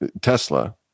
Tesla